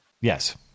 Yes